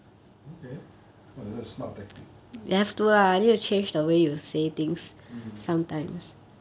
okay !wah! that is a smart tactic mm